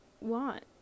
want